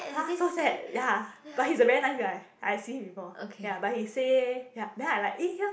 !huh! so sad ya but he's a very nice guy I see him before ya but he say ya then I like eh ya